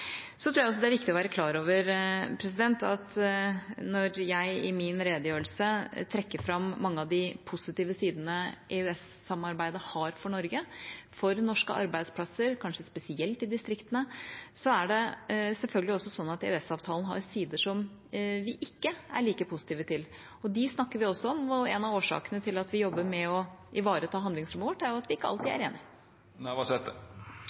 Jeg tror også det er viktig å være klar over at selv om jeg i min redegjørelse trakk fram mange av de positive sidene EØS-samarbeidet har for Norge og for norske arbeidsplasser, kanskje spesielt i distriktene, er det selvfølgelig også sånn at EØS-avtalen har sider som vi ikke er like positive til. Dem snakker vi også om, og en av årsakene til at vi jobber med å ivareta handlingsrommet vårt, er at vi ikke alltid